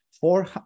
four